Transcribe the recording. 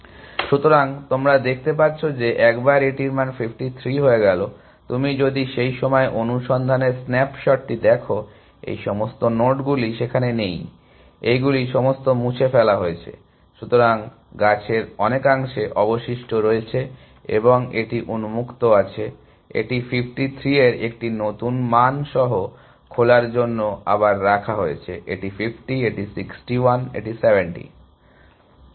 সুতরাং তোমরা দেখতে পাচ্ছ যে একবার এটির মান 53 হয়ে গেলে তুমি যদি সেই সময়ে অনুসন্ধানের স্ন্যাপ শটটি দেখো এই সমস্ত নোডগুলি সেখানে নেই এইগুলি সমস্ত মুছে ফেলা হয়েছে শুধুমাত্র গাছের অনেকাংশ অবশিষ্ট রয়েছে এবং এটি উন্মুক্ত আছে এটি 53 এর একটি নতুন মান সহ খোলার জন্য আবার রাখা হয়েছে এটি 50 এটি 61 এটি 70